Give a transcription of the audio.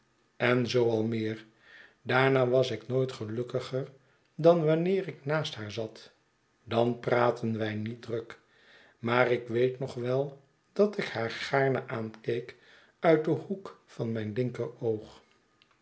en zoo al meer daarna was ik nooit gelukkiger dan wanneer ik naast haar zat dan praatten wij niet druk maar ik weet nog wel dat ik haar gaarne aankeek uit den hoek van mijn linker